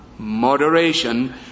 moderation